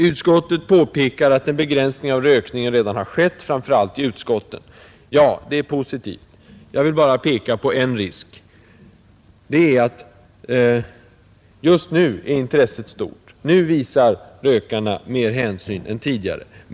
Utskottet påpekar att en begränsning av rökningen redan har skett, framför allt i utskotten. Ja, det är positivt. Jag vill bara peka på en risk: just nu är intresset stort. Nu visar rökarna mer hänsyn än tidigare.